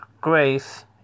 grace